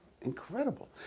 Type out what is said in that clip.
Incredible